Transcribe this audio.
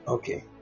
Okay